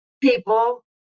People